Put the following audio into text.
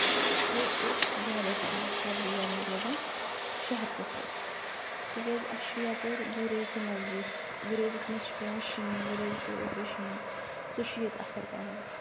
چھُ ییٚتہِ زیادے پَہَم سردی گرمی روزان شہر کہِ کھۄتہٕ تِکیازِ اَسہِ چھُ یَپٲرۍ گُریز تہِ نَزدیٖک گُریٖزَس منٛز چھُ پیوان شیٖن گُریٖزَس پیوٚو اوترٕ شیٖن سُہ چھُ ییٚتہِ اَثر کران